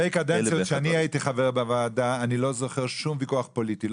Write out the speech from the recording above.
בשתי קדנציות שאני הייתי חבר בוועדה אני לא זוכר שום ויכוח פוליטי,